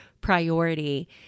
priority